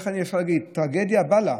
טרגדיה בלה,